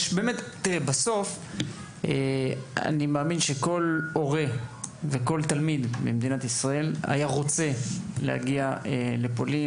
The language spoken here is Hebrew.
בסוף אני מאמין שכל הורה וכל תלמיד במדינת ישראל היה רוצה להגיע לפולין,